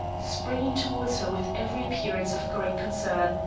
springing towards her with every appearance of great concern.